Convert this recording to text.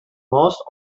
ماست